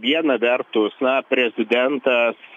viena vertus na prezidentas